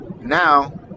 Now